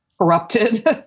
corrupted